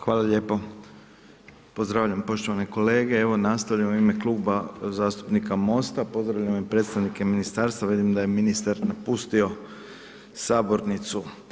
Hvala lijepo, pozdravljam poštovane kolege, evo nastavljam u ime Kluba zastupnika MOST-a, pozdravljam i predstavnike ministarstva vidim da je ministar napustio sabornicu.